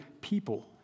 people